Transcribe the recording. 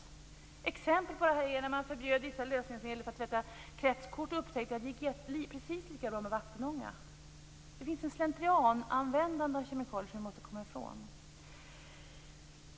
Ett exempel är när man förbjöd vissa lösningsmedel för att tvätta kretskort och upptäckte att det gick precis lika bra med vattenånga. Det finns alltså en slentrianmässig användning av kemikalier som vi måste komma ifrån.